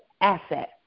asset